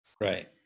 Right